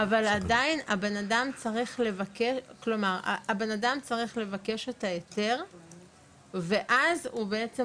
אבל עדיין הבן אדם צריך לבקש את ההיתר ואז בעצם